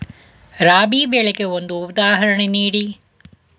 ರಾಬಿ ಬೆಳೆಗೆ ಒಂದು ಉದಾಹರಣೆ ನೀಡಿ